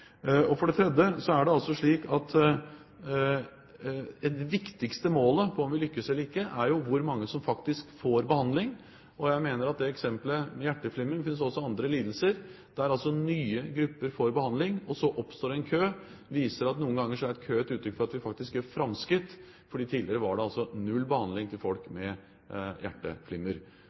For det tredje er det altså slik at det viktigste målet på om vi lykkes eller ikke, er jo hvor mange som faktisk får behandling. Jeg mener at eksempelet med folk med hjerteflimmer – det finnes også andre lidelser der nye grupper får behandling – og det oppstår en kø, viser at noen ganger er det et uttrykk for at vi faktisk gjør et framskritt, fordi tidligere var det null behandling til folk med hjerteflimmer.